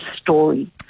story